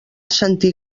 sentir